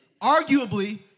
arguably